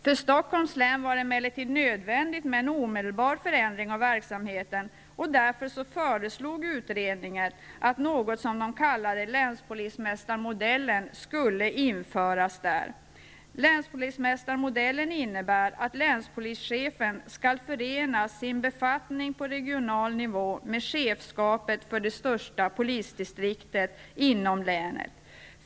För Stockholms del var det emellertid nödvändigt med en omedelbar förändring av verksamheten, och därför föreslog utredningen att något som den kallade länspolismästarmodellen skulle införas där. Länspolismästarmodellen innebar att länspolischefen skulle förena sin befattning på regional nivå med chefskapet för det största polisdistriktet inom länet.